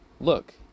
Look